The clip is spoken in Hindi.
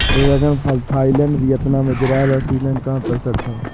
ड्रैगन फल थाईलैंड, वियतनाम, इज़राइल और श्रीलंका में प्रसिद्ध है